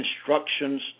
instructions